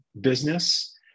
business